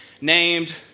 named